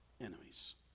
enemies